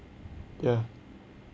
ya